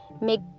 make